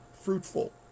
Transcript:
fruitful